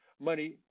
money